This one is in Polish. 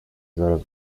zaraz